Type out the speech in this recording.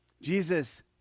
Jesus